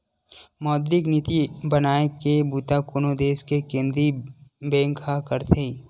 मौद्रिक नीति बनाए के बूता कोनो देस के केंद्रीय बेंक ह करथे